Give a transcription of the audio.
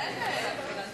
אין הגבלת זמן.